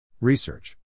Research